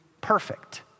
perfect